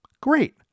great